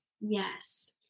Yes